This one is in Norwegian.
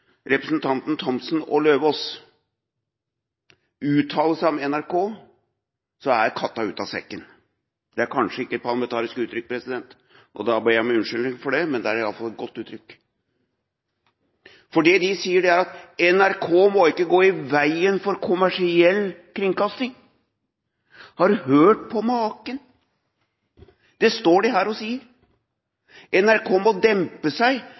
Thomsen og Eidem Løvaas uttale seg om NRK, så er katta ute av sekken. Det er kanskje ikke et parlamentarisk uttrykk, og da ber jeg om unnskyldning for det, men det er iallfall et godt uttrykk. Det de sier, er at NRK ikke må gå i veien for kommersiell kringkasting. Har du hørt på maken? Det står de her og sier – at NRK må dempe seg,